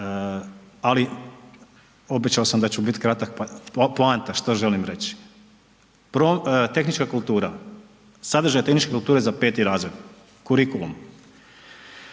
ali obećao sam da ću bit kratak, poanta što želim reći. Tehnička kultura, sadržaj tehničke kulture za 5.r. kurikulum.